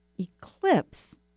eclipse